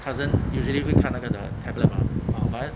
cousin usually 会弹那个的 tablet mah but